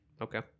okay